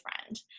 friend